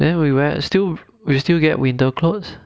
then we wear we still get winter clothes